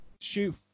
Shoot